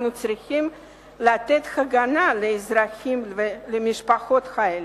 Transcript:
אנחנו צריכים לתת הגנה לאזרחים ולמשפחות האלה.